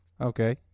Okay